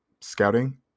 scouting